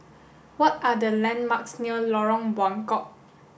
what are the landmarks near Lorong Buangkok